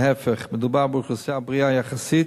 להיפך, מדובר באוכלוסייה בריאה יחסית,